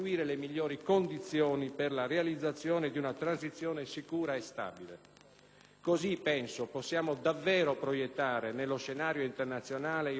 Così penso possiamo davvero proiettare nello scenario internazionale il ruolo del nostro Paese sul fronte di un multilateralismo concreto ed efficace.